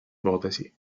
ipotesi